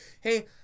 hey –